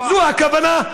זו הכוונה,